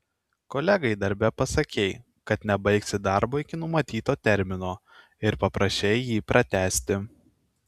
kolegai darbe pasakei kad nebaigsi darbo iki numatyto termino ir paprašei jį pratęsti